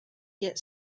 get